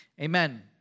Amen